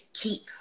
keep